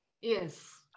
yes